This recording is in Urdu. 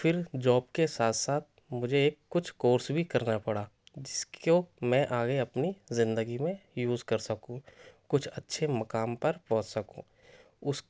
پھر جاب کے ساتھ ساتھ مجھے ایک کچھ کورس بھی کرنا پڑا جس کو میں آگے اپنی زندگی میں یوز کر سکوں کچھ اچھے مقام پر پہنچ سکوں اُس